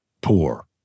poor